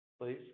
please